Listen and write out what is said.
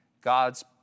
God's